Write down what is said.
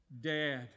dad